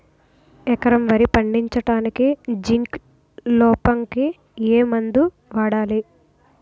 ఎకరం వరి పండించటానికి జింక్ లోపంకి ఏ మందు వాడాలి?